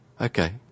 Okay